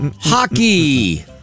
Hockey